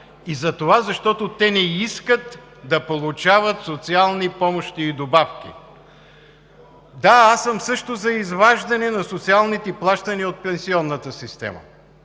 и защото не искат да получават социални помощи и добавки. Да, аз също съм „за“ изваждане на социалните плащания от пенсионната система,